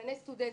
דיקני סטודנטים,